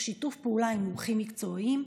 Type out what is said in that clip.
בשיתוף פעולה של מומחים מקצועיים,